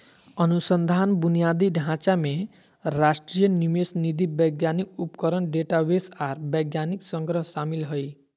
अनुसंधान बुनियादी ढांचा में राष्ट्रीय निवेश निधि वैज्ञानिक उपकरण डेटाबेस आर वैज्ञानिक संग्रह शामिल हइ